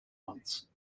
once